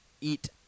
eat